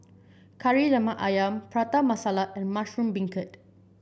Kari Lemak ayam Prata Masala and Mushroom Beancurd